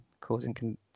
causing